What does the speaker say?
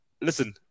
listen